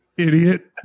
idiot